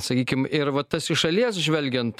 sakykim ir va tas iš šalies žvelgiant